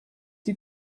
sie